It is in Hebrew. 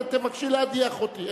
תבקשי להדיח אותי.